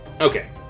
Okay